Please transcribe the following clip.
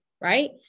Right